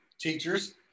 teachers